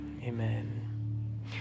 amen